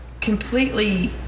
completely